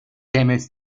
damage